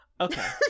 Okay